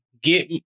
get